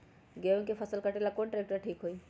गेहूं के फसल कटेला कौन ट्रैक्टर ठीक होई?